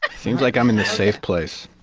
seems like i'm in the safe place